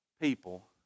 people